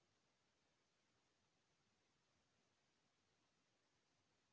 एक एकड़ टमाटर के खेती म कतेकन उत्पादन होही?